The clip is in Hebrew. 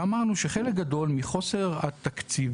ואמרנו שחלק גדול מחוסר התקציב,